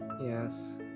Yes